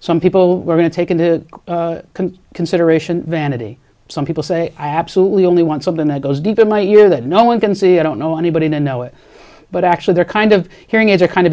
some people are going taken to consideration vanity some people say i happily only want something that goes deep in my ear that no one can see i don't know anybody to know it but actually they're kind of hearing is a kind of